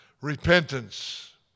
Repentance